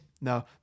no